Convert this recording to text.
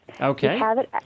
Okay